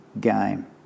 game